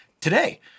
today